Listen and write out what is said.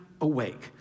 awake